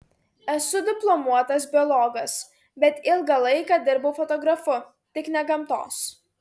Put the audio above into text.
esu diplomuotas biologas bet ilgą laiką dirbau fotografu tik ne gamtos